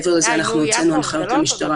די, נו, יעקב, זה לא אותו דבר.